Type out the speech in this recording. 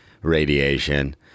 radiation